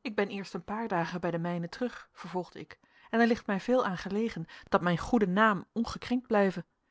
ik ben eerst een paar dagen bij de mijnen terug vervolgde ik en er ligt mij veel aan gelegen dat mijn goede naam ongekrenkt blijve